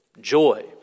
joy